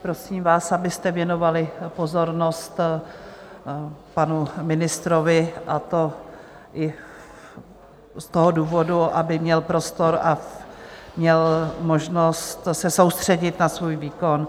Prosím vás, abyste věnovali pozornost panu ministrovi, a to i z toho důvodu, aby měl prostor a měl možnost se soustředit na svůj výkon.